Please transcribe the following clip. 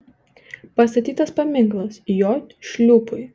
pastatytas paminklas j šliūpui